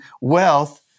wealth